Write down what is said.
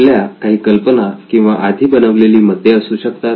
आपल्या काही कल्पना किंवा आधी बनवलेली मते असू शकतात